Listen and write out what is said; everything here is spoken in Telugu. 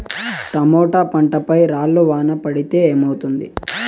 టమోటా పంట పై రాళ్లు వాన పడితే ఏమవుతుంది?